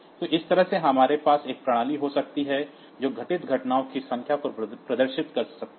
तो इस तरह से हमारे पास एक प्रणाली हो सकती है जो घटित घटनाओं की संख्या को प्रदर्शित कर सकती है